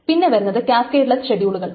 പിന്നെ വരുന്നത് ക്യാസ്കേഡ്ലെസ്സ് ഷെഡ്യൂളുകൾ